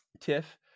Tiff